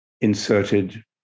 inserted